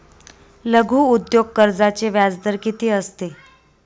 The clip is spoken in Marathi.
लघु उद्योग कर्जाचे व्याजदर किती असते?